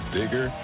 bigger